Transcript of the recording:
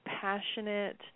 passionate